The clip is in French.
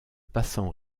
passant